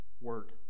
word